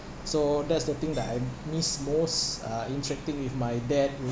so that's the thing that I miss most uh interacting with my dad